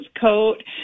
coat